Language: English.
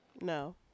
No